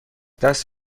دست